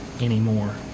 anymore